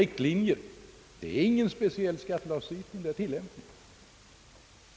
Man följer alltså inte någon speciell skattelagstiftning utan tillämpar bara vissa anvisningar.